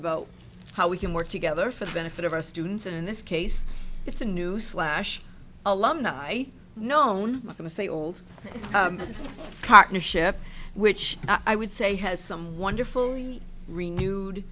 about how we can work together for the benefit of our students in this case it's a newsflash alumni known going to say old partnership which i would say has some wonderful renewed